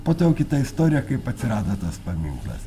po to jau kita istorija kaip atsirado tas paminklas